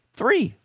three